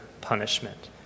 punishment